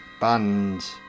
bands